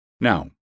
Now